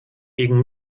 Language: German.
gegen